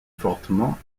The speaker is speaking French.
fortement